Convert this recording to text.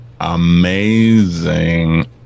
amazing